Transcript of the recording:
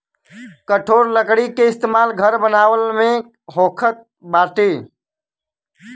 कठोर लकड़ी के इस्तेमाल घर बनावला में होखत बाटे